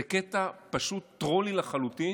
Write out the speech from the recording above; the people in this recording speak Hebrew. זה קטע פשוט טרולי לחלוטין,